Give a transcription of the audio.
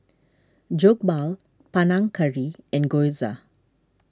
Jokbal Panang Curry and Gyoza